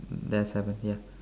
there are seven ya